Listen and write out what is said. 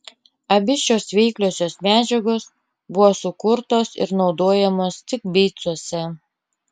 abi šios veikliosios medžiagos buvo sukurtos ir naudojamos tik beicuose